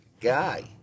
guy